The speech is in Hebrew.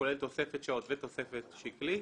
שכולל תוספת שעות ותוספת שקלי,